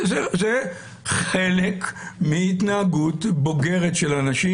זה חלק מהתנהגות בוגרת של אנשים.